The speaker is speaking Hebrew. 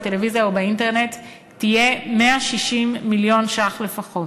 בטלוויזיה ובאינטרנט תהיה 160 מיליון ש"ח לפחות.